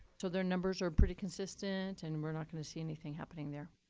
so their numbers are pretty consistent and we're not going to see anything happening there?